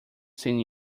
seen